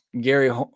Gary